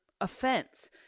offense